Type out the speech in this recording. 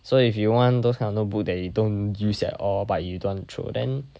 so if you want those kind of notebook that you don't use at all but you don't want throw then